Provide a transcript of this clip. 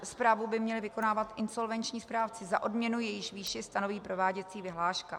Správu by měli vykonávat insolvenční správci za odměnu, jejíž výši stanoví prováděcí vyhláška.